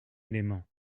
élément